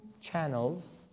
channels